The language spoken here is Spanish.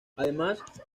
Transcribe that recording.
además